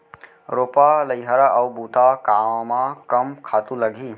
रोपा, लइहरा अऊ बुता कामा कम खातू लागही?